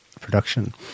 production